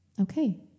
okay